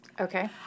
Okay